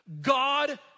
God